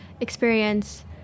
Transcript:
experience